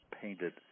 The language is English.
painted